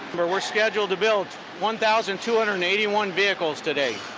we're we're scheduled to build one thousand two hundred and eighty one vehicles today.